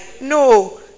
no